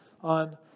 on